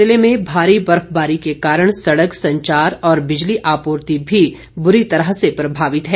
जिले में भारी बर्फबारी के कारण सड़क संचार और बिजली आपूर्ति भी बूरी तरह से प्रभावित है